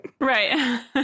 Right